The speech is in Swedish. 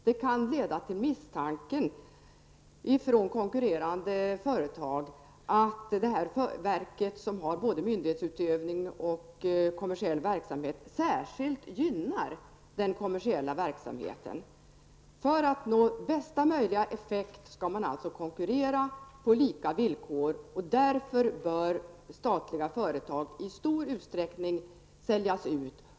Det kan leda till misstanken hos konkurrerande företag att det här verket som har både myndighetsutövning och kommersiell verksamhet särskilt gynnar den kommersiella verksamheten. För att nå bästa möjliga effekt skall man alltså konkurrera på lika villkor, och därför bör statliga företag i stor utsträckning säljas ut.